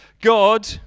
God